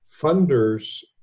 Funders